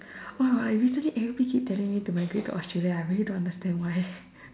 oh my god recently everybody keep telling me to migrate to Australia ah I really don't understand why